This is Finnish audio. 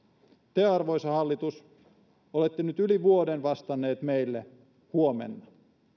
te arvoisa hallitus olette nyt yli vuoden vastanneet meille huomenna